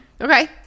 Okay